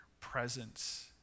presence